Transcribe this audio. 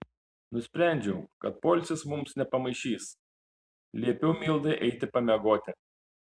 nusprendžiau kad poilsis mums nepamaišys liepiau mildai eiti pamiegoti